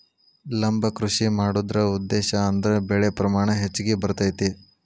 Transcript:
ಲಂಬ ಕೃಷಿ ಮಾಡುದ್ರ ಉದ್ದೇಶಾ ಅಂದ್ರ ಬೆಳೆ ಪ್ರಮಾಣ ಹೆಚ್ಗಿ ಬರ್ತೈತಿ